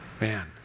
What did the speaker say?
man